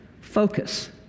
focus